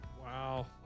Wow